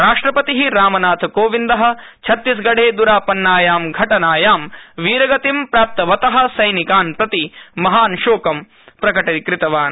राष्ट्रपतिः रामनाथ कोविन्दःछत्तीसगढे दुरापन्नायां घटनायांवीरगतिं प्राप्तवतःसैनिकान् प्रति महान् शोकः प्रकटीकृतवान्